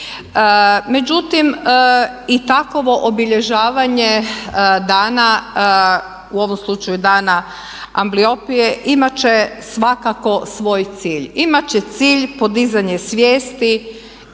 Međutim i takvo obilježavanje dana, u ovom slučaju Dana ambliopije imati će svakako svoj cilj. Imati će cilj podizanje svijesti,